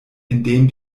indem